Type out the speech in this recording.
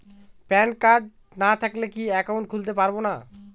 Pan card না থাকলে কি একাউন্ট খুলতে পারবো না?